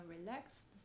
relaxed